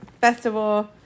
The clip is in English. Festival